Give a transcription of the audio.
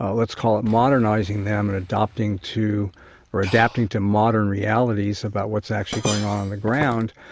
ah let's call it modernizing them, and adopting to or adapting to modern realities about what's actually going on on the ground.